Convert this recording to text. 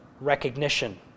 recognition